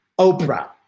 Oprah